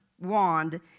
wand